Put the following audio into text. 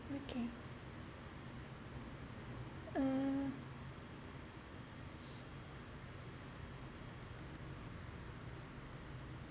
okay uh